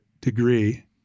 degree